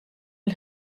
bil